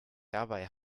dabei